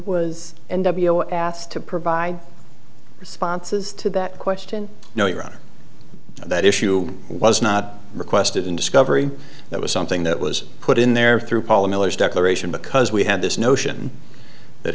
was asked to provide responses to that question no your honor that issue was not requested in discovery that was something that was put in there through paula miller's declaration because we had this notion that